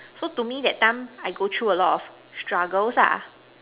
so to me that time I go through a lot of struggles ah